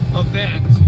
event